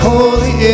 Holy